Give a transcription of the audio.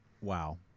Wow